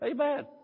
Amen